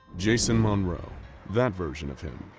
jason monroe that version of him,